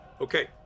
Okay